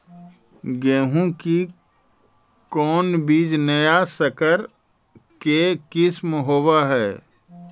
गेहू की कोन बीज नया सकर के किस्म होब हय?